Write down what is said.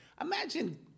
Imagine